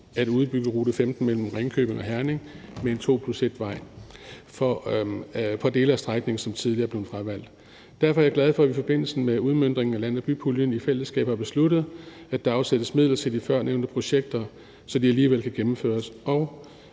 at udbygge rute 15 mellem Ringkøbing og Herning med en 2+1-vej på dele af strækningen, som tidligere er blevet fravalgt. Derfor er jeg glad for, at vi i forbindelse med udmøntningen af land og by-puljen i fællesskab har besluttet, at der afsættes midler til de førnævnte projekter, så de alligevel kan gennemføres